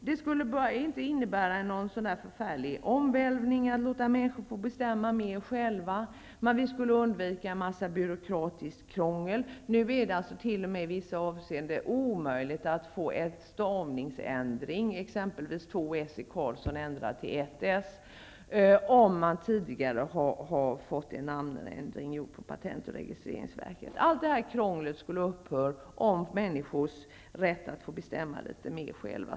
Det skulle heller inte innebära någon särskilt stor omvälvning att låta människor bestämma mer själva. Man skulle undvika en massa byråkratiskt krångel. Nu är det i vissa fall t.o.m. omöjligt att få göra en stavningsändring -- att ändra Karlsson till Karlson -- om man tidigare har fått en namnändring gjord på patent och registreringsverket. Allt detta krångel skulle upphöra om människor fick rätt att bestämma litet mer själva.